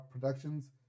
production's